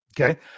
Okay